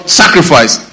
sacrifice